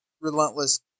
relentless